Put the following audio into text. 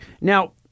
Now